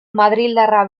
madrildarra